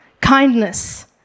kindness